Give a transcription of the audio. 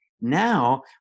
Now